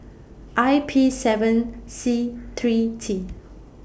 I P seven C three T